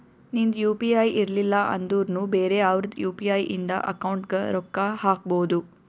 ನಿಂದ್ U P I ಇರ್ಲಿಲ್ಲ ಅಂದುರ್ನು ಬೇರೆ ಅವ್ರದ್ ಯು.ಪಿ.ಐ ಇಂದ ಅಕೌಂಟ್ಗ್ ರೊಕ್ಕಾ ಹಾಕ್ಬೋದು